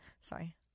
sorry